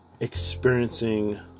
experiencing